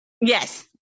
Yes